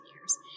years